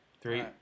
Three